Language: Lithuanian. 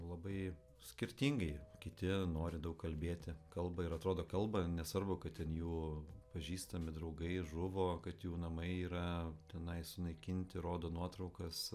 labai skirtingai kiti nori daug kalbėti kalba ir atrodo kalba nesvarbu kad ten jų pažįstami draugai žuvo kad jų namai yra tenai sunaikinti rodo nuotraukas